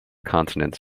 consonants